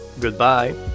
Goodbye